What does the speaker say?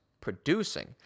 producing